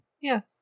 Yes